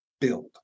build